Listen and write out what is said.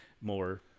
more